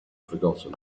forgotten